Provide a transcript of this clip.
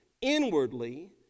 inwardly